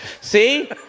See